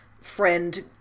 friend